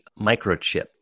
microchip